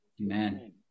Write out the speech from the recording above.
Amen